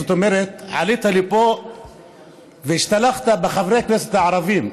עלית לפה והשתלחת בחברי הכנסת הערבים,